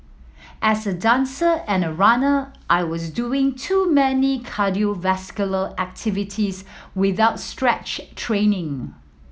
as a dancer and a runner I was doing too many cardiovascular activities without stretch training